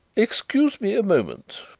excuse me a moment,